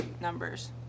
numbers